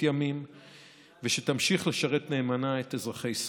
ימים ושתמשיך לשרת נאמנה את אזרחי ישראל.